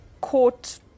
court